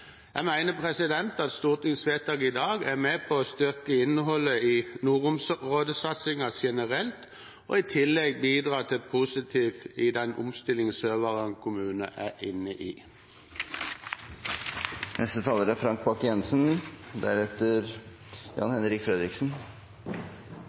Jeg mener at stortingsvedtaket i dag er med på å styrke innholdet i nordområdesatsingen generelt, og i tillegg bidrar positivt i den omstilling Sør-Varanger kommune er inne i.